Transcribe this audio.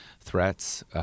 threats